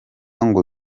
ngo